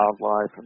wildlife